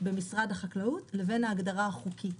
במשרד החקלאות, לבין ההגדרה החוקית.